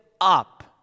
up